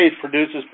produces